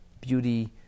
beauty